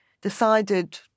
decided